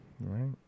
right